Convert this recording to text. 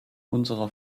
unserer